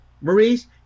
Maurice